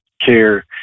care